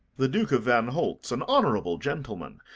the duke of vanholt's an honourable gentleman,